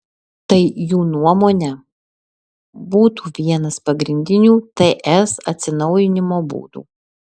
tai jų nuomone būtų vienas pagrindinių ts atsinaujinimo būdų